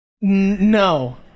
No